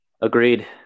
Agreed